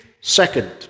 second